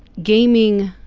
gaming